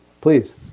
Please